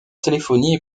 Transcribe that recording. téléphonie